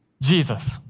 Jesus